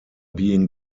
being